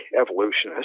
evolutionists